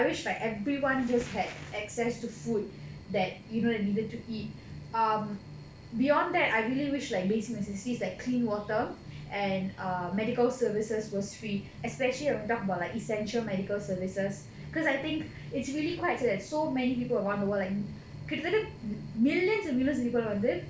I wish like everyone just had access to food that you know you needed to eat um beyond that I really wish like basic necessities like clean water and err medical services was free especially when we talk about like essential medical services because I think it's really quite sad that so many people around the world like கிட்ட தட்ட:kitta thatta millions and millions people வந்து:vandhu